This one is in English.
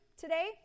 today